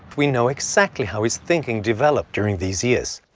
we know exactly how his thinking developed during these years,